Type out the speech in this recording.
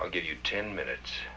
i'll give you ten minutes